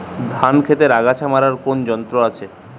ধান ক্ষেতের আগাছা মারার কোন যন্ত্র আছে?